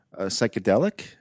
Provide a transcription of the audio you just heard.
psychedelic